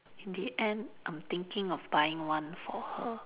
in the end I'm thinking of buying one for her